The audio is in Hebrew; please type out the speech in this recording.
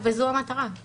זו המטרה.